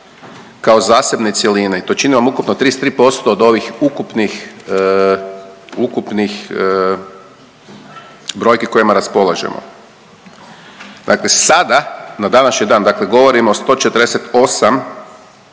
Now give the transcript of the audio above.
kao zasebne cjeline i to čini vam ukupno 33% od ovih ukupnih, ukupnih brojki kojima raspolažemo. Dakle sada, na današnji dan, dakle govorimo o 148,8